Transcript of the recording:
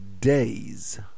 days